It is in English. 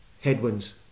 headwinds